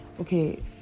Okay